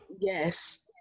Yes